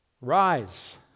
Rise